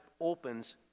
opens